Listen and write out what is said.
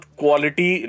quality